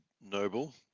noble